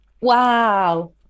Wow